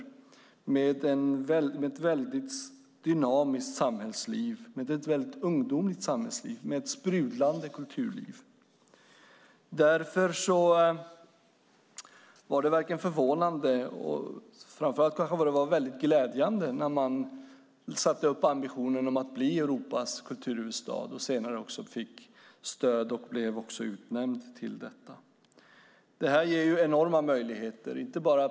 Staden har nu ett dynamiskt och väldigt ungdomligt samhällsliv med sprudlande kultur. Därför var det inte förvånande - och framför allt var det väldigt glädjande - när man satte upp ambitionen om att bli Europas kulturhuvudstad och senare fick stöd och också utnämndes till detta. Detta ger enorma möjligheter.